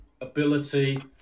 ability